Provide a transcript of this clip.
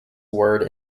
word